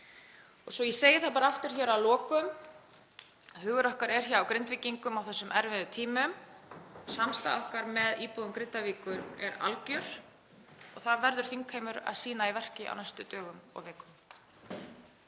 Svo að ég segi það bara aftur hér að lokum: Hugur okkar er hjá Grindvíkingum á þessum erfiðu tímum. Samstaða okkar með íbúum Grindavíkur er algjör. Það verður þingheimur að sýna í verki á næstu dögum og vikum.